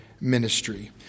ministry